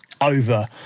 over